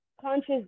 conscious